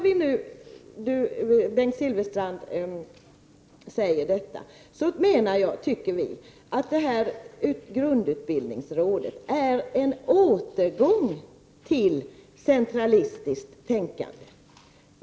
Vi menar att grundutbildningsrådet är en återgång till centralistiskt tänkande.